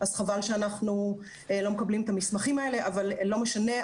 חבל שאנחנו לא מקבלים את המסמכים האלה אבל לא משנה.